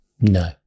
No